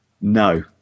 no